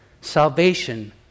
salvation